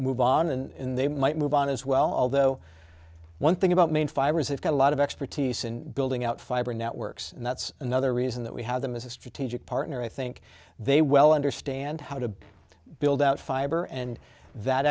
move on and they might move on as well although one thing about maine fibrous have got a lot of expertise in building out fiber networks and that's another reason that we have them as a strategic partner i think they well understand how to build out fiber and that